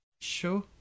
Sure